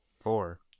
Four